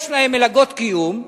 יש להם מלגות קיום,